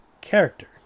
character